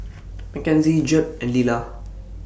Mckenzie Jeb and Lilah